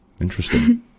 interesting